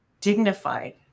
dignified